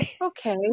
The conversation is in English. okay